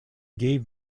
gave